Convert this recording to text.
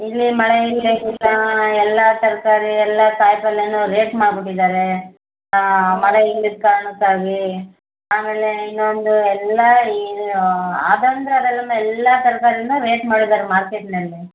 ಇಲ್ಲಿ ಮಳೆ ಎಲ್ಲ ತರಕಾರಿ ಎಲ್ಲ ಕಾಯಿ ಪಲ್ಯಾನೂ ರೇಟ್ ಮಾಡ್ಬಿಟ್ಟಿದ್ದಾರೆ ಮಳೆ ಇಲ್ದಿದ್ದ ಕಾರಣಕ್ಕಾಗಿ ಆಮೇಲೆ ಇನ್ನೊಂದು ಎಲ್ಲ ಈ ಎಲ್ಲ ತರಕಾರಿನು ರೇಟ್ ಮಾಡಿದಾರೆ ಮಾರ್ಕೇಟ್ನಲ್ಲಿ